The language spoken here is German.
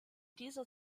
dieser